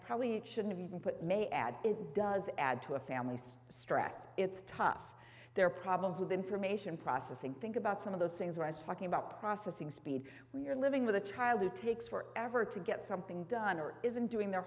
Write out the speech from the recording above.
probably shouldn't even put may add it does add to a family stress it's tough there are problems with information processing think about some of those things where i was talking about processing speed we're living with a child who takes forever to get something done or isn't doing their